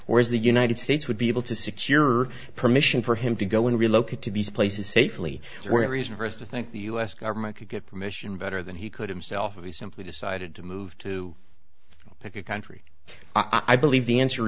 where is the united states would be able to secure permission for him to go in relocate to these places safely where reason for us to think the u s government could get permission better than he could himself if he simply decided to move to pick a country i believe the answer